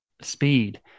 speed